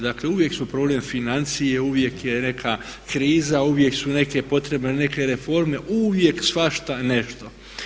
Dakle, uvijek su problem financije, uvijek je neka kriza, uvijek su neke potrebne reforme, uvijek svašta nešto.